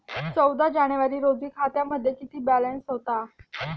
चौदा जानेवारी रोजी खात्यामध्ये किती बॅलन्स होता?